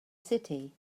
city